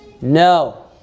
No